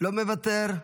לא מוותר?